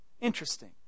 Interesting